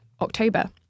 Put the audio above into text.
October